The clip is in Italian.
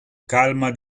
calma